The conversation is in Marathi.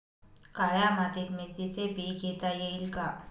काळ्या मातीत मिरचीचे पीक घेता येईल का?